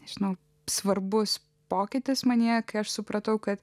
žinau svarbus pokytis manyje kai aš supratau kad